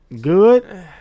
good –